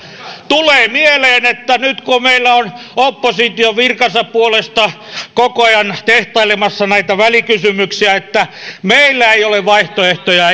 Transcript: tulee mieleen että nyt kun meillä on oppositio virkansa puolesta koko ajan tehtailemassa näitä välikysymyksiä meillä ei ole vaihtoehtoja